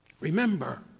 remember